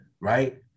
right